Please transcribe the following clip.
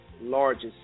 largest